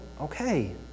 okay